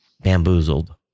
bamboozled